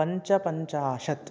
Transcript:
पञ्चपञ्चाशत्